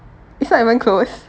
it's not even close